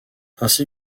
ainsi